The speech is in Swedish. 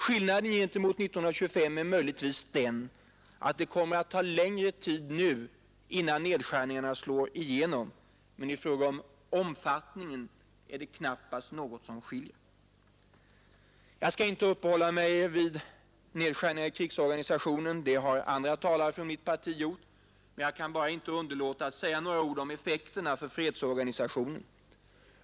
Skillnaden gentemot 1925 är möjligtvis den att det kommer att ta längre tid nu innan nedskärningarna slår igenom, men i fråga om omfattningen är det knappast något som skiljer. Jag skall inte uppehålla mig vid nedskärningarna i krigsorganisationen — det har andra talare från mitt parti gjort — men jag kan inte underlåta att säga några ord om effekterna för fredsorganisationen.